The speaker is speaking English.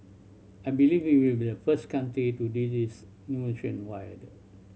I believe we will be the first country to do this nationwide